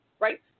right